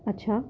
اچھا